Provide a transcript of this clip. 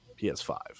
PS5